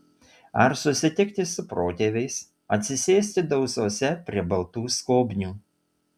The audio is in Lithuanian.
ar susitikti su protėviais atsisėsti dausose prie baltų skobnių